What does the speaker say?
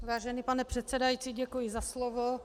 Vážený pane předsedající, děkuji za slovo.